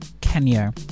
Kenya